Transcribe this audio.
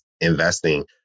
investing